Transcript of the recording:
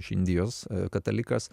iš indijos katalikas